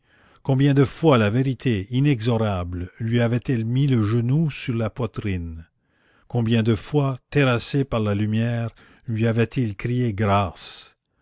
combien de fois la vérité inexorable lui avait-elle mis le genou sur la poitrine combien de fois terrassé par la lumière lui avait-il crié grâce